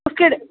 केह्ड़े